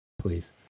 Please